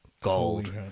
gold